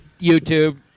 YouTube